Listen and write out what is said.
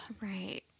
Right